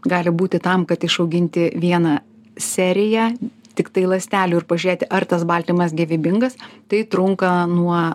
gali būti tam kad išauginti vieną seriją tiktai ląstelių ir pažiūrėti ar tas baltymas gyvybingas tai trunka nuo